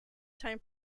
time